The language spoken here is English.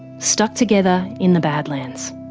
stuck together in the badlands.